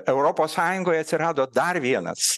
europos sąjungoje atsirado dar vienas